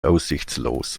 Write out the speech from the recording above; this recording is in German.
aussichtslos